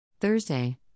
Thursday